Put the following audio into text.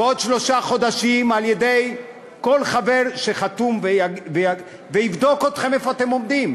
בעוד שלושה חודשים על-ידי כל חבר שחתום ויבדוק אתכם איפה אתם עומדים.